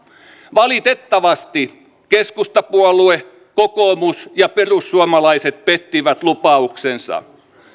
valitettavasti keskustapuolue kokoomus ja perussuomalaiset pettivät lupauksensa